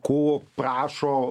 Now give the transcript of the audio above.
ko prašo